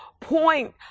point